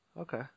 Okay